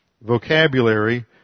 vocabulary